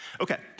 Okay